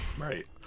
right